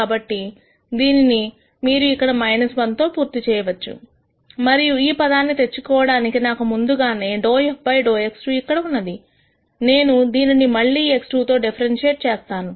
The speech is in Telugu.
కాబట్టి దీనిని మీరు ఇక్కడ 1 తో పూర్తి చేయవచ్చు మరియు ఈ పదాన్ని తెచ్చుకోవడానికి నాకు ముందుగానే ∂f ∂x2 ఇక్కడ ఉన్నది నేను దీనిని మళ్లీ x2 తో డిఫ్రెన్షియేట్ చేస్తాను